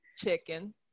chicken